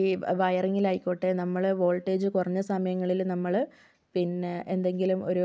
ഈ വയറിങ്ങിലായിക്കോട്ടെ നമ്മൾ വോൾടേജ് കുറഞ്ഞ സമയങ്ങളിൽ നമ്മൾ പിന്നെ എന്തെങ്കിലും ഒരു